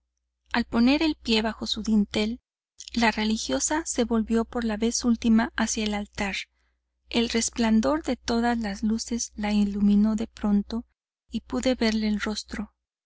al poner el pie bajo su dintel la religiosa se volvió por la vez última hacia el altar el resplandor de todas las luces la iluminó de pronto y pude verle el rostro